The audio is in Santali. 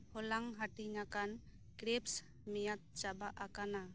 ᱦᱚᱞᱟᱝ ᱦᱟᱹᱴᱤᱧ ᱟᱠᱟᱱ ᱠᱨᱮᱯᱥ ᱢᱮᱭᱟᱫᱽ ᱪᱟᱵᱟ ᱟᱠᱟᱱᱟ